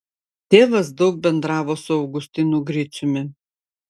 tėvas daug bendravo su augustinu griciumi